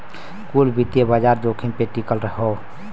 कुल वित्तीय बाजार जोखिम पे टिकल हौ